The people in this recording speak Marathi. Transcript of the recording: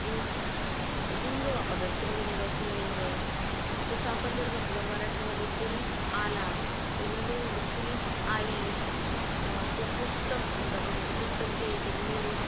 जे लिंग वापरतात स्त्रीलिंग पुल्लिंग तसं आपण जर म्हटलं मराठीमध्ये पोलीस आला तर हिंदीमध्ये म्हणतो पुलीस आई किंवा पुस्तक म्हणतो आपण म्हणतो पुस्तक दे त हिंदीमध्ये